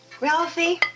Ralphie